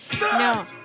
No